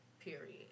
Period